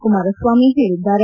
ಕುಮಾರಸ್ವಾಮಿ ಹೇಳಿದ್ದಾರೆ